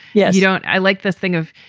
yeah you don't. i like this thing of,